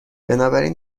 بنابراین